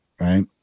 right